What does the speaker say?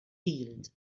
healed